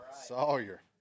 sawyer